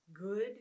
good